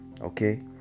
Okay